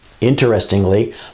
Interestingly